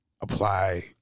apply